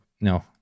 No